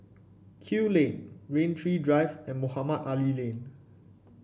Kew Lane Rain Tree Drive and Mohamed Ali Lane